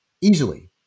easily